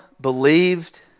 believed